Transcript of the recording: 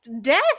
death